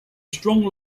strong